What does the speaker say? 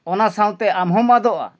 ᱚᱱᱟ ᱥᱟᱶᱛᱮ ᱟᱢᱦᱚᱸᱢ ᱟᱫᱚᱜᱼᱟ